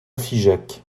figeac